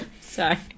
Sorry